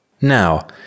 now